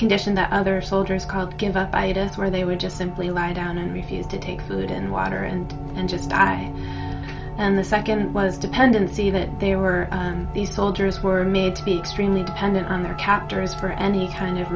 condition that other soldiers called give up i had a where they would just simply lie down and refuse to take food and water and and just die and the second was dependency that they were these soldiers were made to be extremely dependent on their captors for any kind of